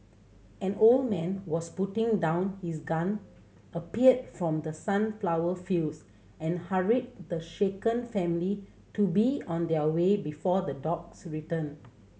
an old man was putting down his gun appeared from the sunflower fields and hurried the shaken family to be on their way before the dogs return